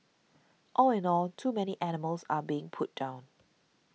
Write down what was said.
all in all too many animals are being put down